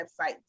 website